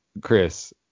Chris